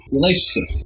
Relationship